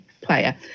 player